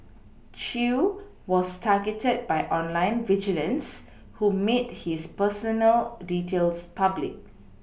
Chew was targeted by online vigilantes who made his personal details public